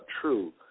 true